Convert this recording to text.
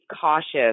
cautious